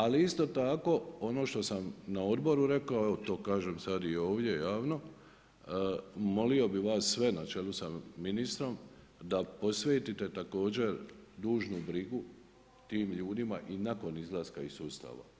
Ali isto tako ono što sam na odboru rekao, evo to kažem sad i ovdje javno molio bih vas sve na čelu sa ministrom da posvetite također dužnu brigu tim ljudima i nakon izlaska iz sustava.